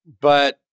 but-